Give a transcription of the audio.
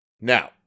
Now